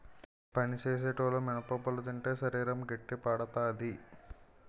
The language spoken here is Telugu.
పని సేసేటోలు మినపప్పులు తింటే శరీరం గట్టిపడతాది